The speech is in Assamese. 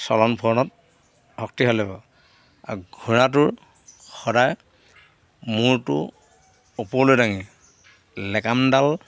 চলন ফুৰণত শক্তিশালে আৰু ঘোঁৰাটোৰ সদায় মূৰটো ওপৰলৈ দাঙি লেকামডাল